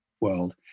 world